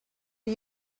are